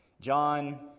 John